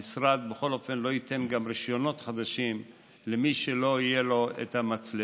המשרד בכל אופן גם לא ייתן רישיונות חדשים למי שלא יהיו לו המצלמות.